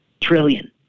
trillion